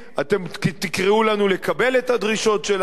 אתם תקראו לנו לקבל את הדרישות שלנו,